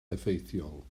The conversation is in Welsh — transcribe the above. effeithiol